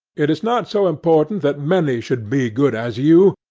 it is not so important that many should be good as you,